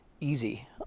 easy